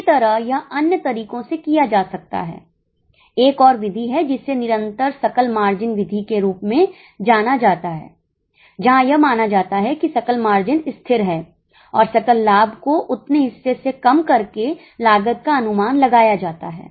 इसी तरह यह अन्य तरीकों से किया जा सकता है एक और विधि है जिसे निरंतर सकल मार्जिन विधि के रूप में जाना जाता है जहां यह माना जाता है कि सकल मार्जिन स्थिर है और सकल लाभ को उतने हिस्से से कम करके लागत का अनुमान लगाया जाता है